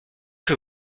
que